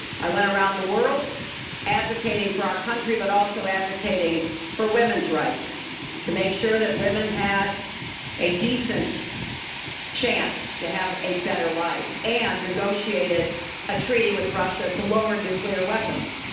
i went around the world advocating for our country, but also advocating for women's rights to make sure that women had a decent chance to have a better life and negotiated a treaty with russia to lower nuclear weapons.